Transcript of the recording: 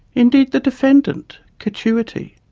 indeed the defendant, catuity,